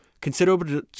Considerable